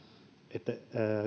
että